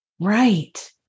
right